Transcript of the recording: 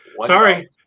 Sorry